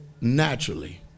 naturally